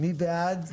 מי בעד?